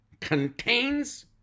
contains